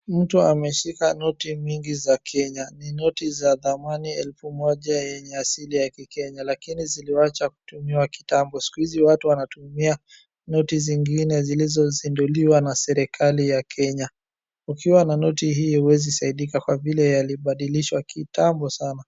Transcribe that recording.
Mtu ameshika noti mingi za Kenya. Ni noti za thamani elfu moja yenye asili ya kikenya lakini ziliachwa kutumika kitambo. Siku hizi watu wanatumia noti zingine zilizozinduliwa na serikali ya Kenya. Ukiwa na noti hii huwezi saidika kwa kuwa ilinadilishwa kitambo sana.